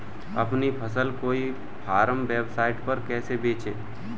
अपनी फसल को ई कॉमर्स वेबसाइट पर कैसे बेचें?